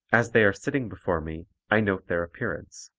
as they are sitting before me, i note their appearance.